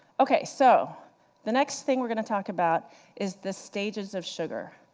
ok, so the next thing we're going to talk about is the stages of sugar.